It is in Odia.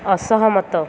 ଅସହମତ